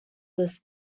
this